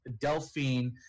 delphine